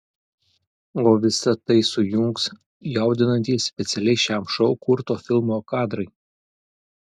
o visa tai sujungs jaudinantys specialiai šiam šou kurto filmo kadrai